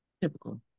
typical